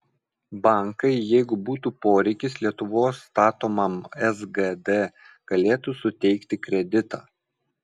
bankai jeigu būtų poreikis lietuvos statomam sgd galėtų suteikti kreditą